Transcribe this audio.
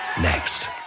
Next